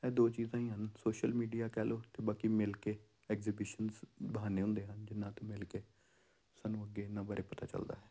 ਇਹ ਦੋ ਚੀਜ਼ਾਂ ਹੀ ਹਨ ਸੋਸ਼ਲ ਮੀਡੀਆ ਕਹਿ ਲਓ ਅਤੇ ਬਾਕੀ ਮਿਲ ਕੇ ਐਗਜੀਬਿਸ਼ਨਸ ਬਹਾਨੇ ਹੁੰਦੇ ਹਨ ਜਿਹਨਾਂ 'ਤੇ ਮਿਲ ਕੇ ਸਾਨੂੰ ਅੱਗੇ ਇਹਨਾਂ ਬਾਰੇ ਪਤਾ ਚੱਲਦਾ ਹੈ